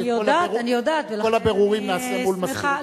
את כל הבירורים נעשה מול מזכירות הכנסת.